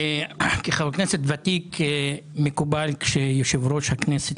כחבר כנסת ותיק מקובל שכשיושב-ראש הכנסת